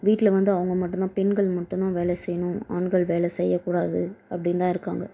வீட்டில் வந்து அவங்க மட்டுந்தான் பெண்கள் மட்டுந்தான் வேலை செய்யணும் ஆண்கள் வேலை செய்யக் கூடாது அப்படின்னு தான் இருக்காங்க